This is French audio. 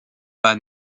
pas